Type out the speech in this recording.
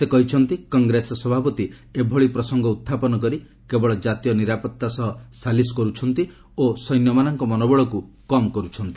ସେ କହିଛନ୍ତି କଂଗ୍ରେସ ସଭାପତି ଏଭଳି ପ୍ରସଙ୍ଗ ଉହ୍ଚାପନ କରି କେବଳ କାତୀୟ ନିରାପତ୍ତା ସହ ସାଲିସ୍ କରୁଛନ୍ତି ଓ ସୈନ୍ୟମାନଙ୍କ ମନୋବଳକୁ କମ୍ କରୁଛନ୍ତି